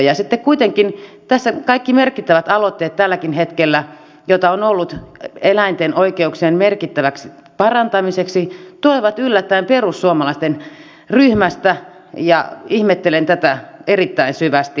sitten kuitenkin tälläkin hetkellä kaikki merkittävät aloitteet joita on ollut eläinten oikeuksien merkittäväksi parantamiseksi tulevat yllättäen perussuomalaisten ryhmästä ja ihmettelen tätä erittäin syvästi